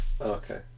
okay